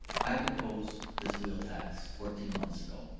i proposed this wheel tax fourteen months ago.